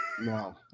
No